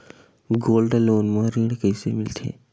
Gold loan म ऋण कइसे मिलथे?